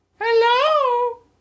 Hello